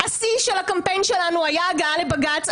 השיא של הקמפיין שלנו היה הגעה לבג"ץ.